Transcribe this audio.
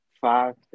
five